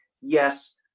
yes